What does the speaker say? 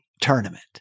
Tournament